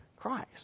Christ